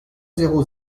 zéro